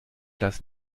das